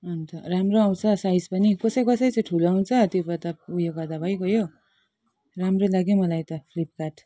अन्त राम्रो आउँछ साइज पनि कसै कसै चाहिँ ठुलो आउँछ त्यो गर्दा उयो गर्दा भइगयो राम्रो लाग्यो हौ मलाई त फ्लिपकार्ट